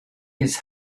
his